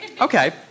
okay